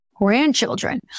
Grandchildren